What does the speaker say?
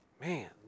man